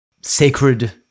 sacred